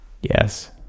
Yes